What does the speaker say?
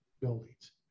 buildings